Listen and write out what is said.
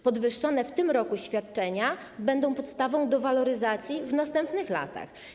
Podwyższone w tym roku świadczenia będą podstawą do waloryzacji w następnych latach.